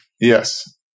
Yes